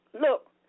Look